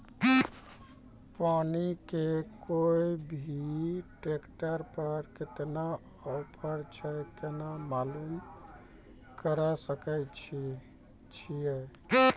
Company के कोय भी ट्रेक्टर पर केतना ऑफर छै केना मालूम करऽ सके छियै?